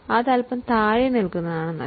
അത് അല്പം കുറവാണെങ്കിൽ സാരമില്ല